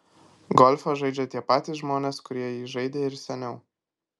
golfą žaidžia tie patys žmonės kurie jį žaidė ir seniau